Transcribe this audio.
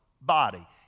body